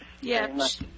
Yes